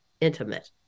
intimate